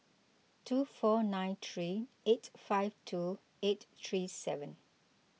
two four nine three eight five two eight three seven